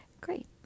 Great